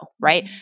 right